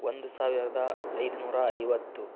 ಒಂದು ಸಾವಿರದ ಐದು ನೂರ ಐವತ್ತು